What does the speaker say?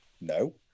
No